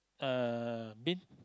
uh bin